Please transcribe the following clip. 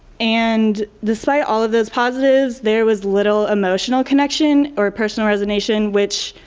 and despite all of those positives there was little emotional connection or personal resignation which